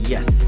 Yes